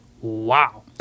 wow